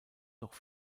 noch